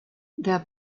der